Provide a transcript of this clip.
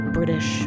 British